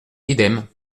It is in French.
idem